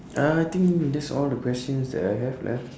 uh I think that's all the questions that I have left